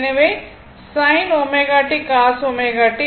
எனவே sin ω t cos ω t